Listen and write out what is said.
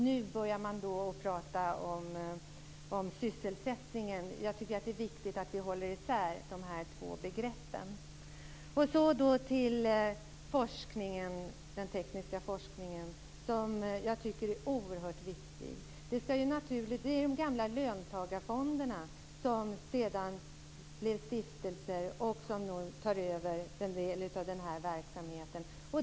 Nu börjar man prata om sysselsättningen, men jag tycker att det är viktigt att vi håller isär de två begreppen. Den tekniska forskningen är oerhört viktig. Det är de gamla löntagarfonderna, som sedan blev stiftelser, som nu tar över en del av den här verksamheten.